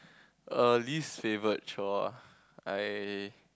err least favorite chore I